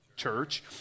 church